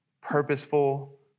purposeful